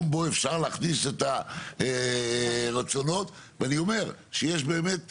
בו אפשר להכניס את הרצונות ואני אומר שיש באמת דרישות,